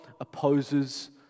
opposes